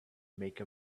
make